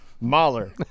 Mahler